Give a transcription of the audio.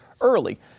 early